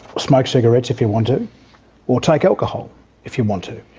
smoke cigarettes if you want to or take alcohol if you want to.